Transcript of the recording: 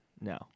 No